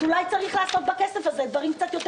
אז אולי צריך לעשות בכסף הזה דברים קצת יותר